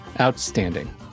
Outstanding